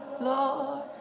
Lord